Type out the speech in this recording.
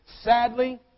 Sadly